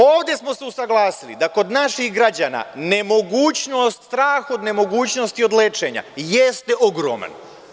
Ovde smo se usaglasili, da kod naših građana nemogućnost, strah od nemogućnosti od lečenja, jeste ogroman.